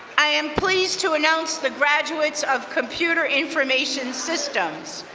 i am pleased to announce the graduates of computer information systems.